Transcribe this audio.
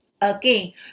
again